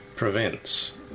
Prevents